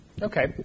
Okay